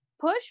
push